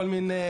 כל מיני,